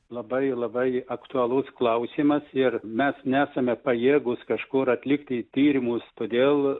labai labai aktualus klausimas ir mes nesame pajėgūs kažkur atlikti tyrimus todėl